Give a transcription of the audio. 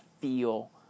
feel